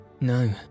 No